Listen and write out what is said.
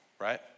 right